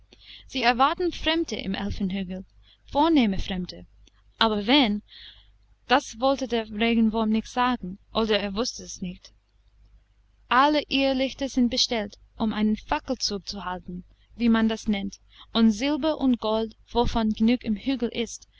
sie erwarten fremde im elfenhügel vornehme fremde aber wen das wollte der regenwurm nicht sagen oder er wußte es nicht alle irrlichter sind bestellt um einen fackelzug zu halten wie man das nennt und silber und gold wovon genug im hügel ist